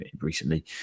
recently